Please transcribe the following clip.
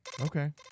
Okay